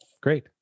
Great